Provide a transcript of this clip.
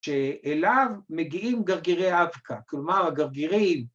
‫שאליו מגיעים גרגירי האבקה, ‫כלומר, הגרגירים.